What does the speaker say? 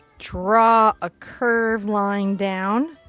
draw a curved line down.